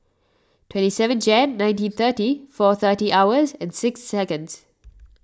twenty seven Jan nineteen thirty four thirty hours and six seconds